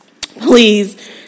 please